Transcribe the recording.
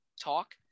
talk